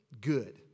good